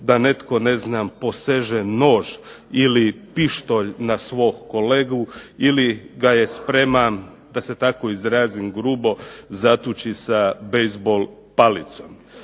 da netko ne znam poseže nož ili pištolj na svog kolegu ili ga je spreman da se tako izrazim grubo zatuči sa bejzbol palicom.